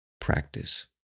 practice